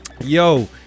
yo